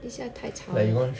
等一下太吵了